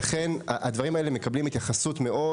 הדברים האלה מקבלים התייחסות מאוד